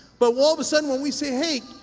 but all of a sudden, when we say hey,